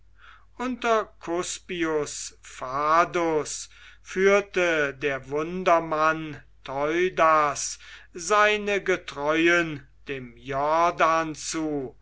unter cuspius fadus führte der wundermann theudas seine getreuen dem jordan zu